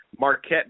Marquette